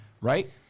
right